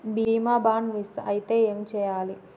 బీమా bond miss అయితే ఏం చేయాలి?